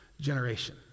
generation